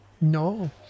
No